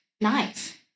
nice